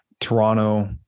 Toronto